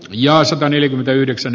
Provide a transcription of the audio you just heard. rauhalan ehdotusta